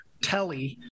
Telly